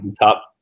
Top